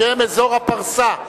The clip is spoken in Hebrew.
שהם אזור הפרסה,